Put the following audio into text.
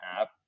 app